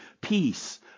peace